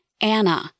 Anna